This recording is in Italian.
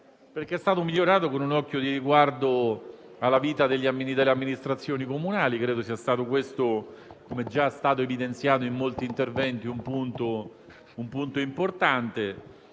- è stato migliorato con un occhio di riguardo alla vita delle amministrazioni comunali. Credo sia stato questo - come già evidenziato in molti interventi - un punto importante,